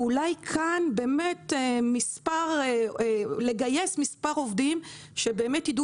אולי כדאי לכם לגייס מספר עובדים שידעו